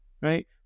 right